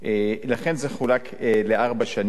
לכן זה חולק לארבע שנים.